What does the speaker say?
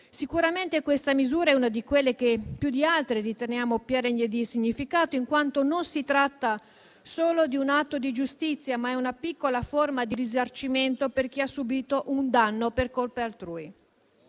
Sicuramente questa è una misura che, più di altre, riteniamo pregna di significato in quanto si tratta non solo di un atto di giustizia, ma anche di una piccola forma di risarcimento per chi ha subito un danno per colpe altrui.